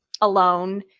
alone